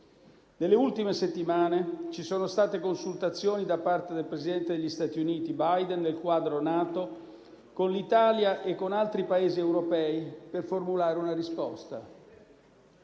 Nelle ultime settimane ci sono state consultazioni da parte del presidente degli Stati Uniti Biden, nel quadro NATO, con l'Italia e con altri Paesi europei, per formulare una risposta.